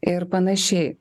ir panašiai